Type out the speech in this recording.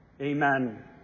Amen